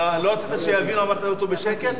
לא רצית שיבינו אז אמרת אותו בשקט?